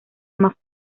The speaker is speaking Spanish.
más